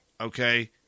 okay